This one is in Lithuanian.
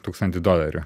tūkstantį dolerių